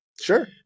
Sure